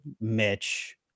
Mitch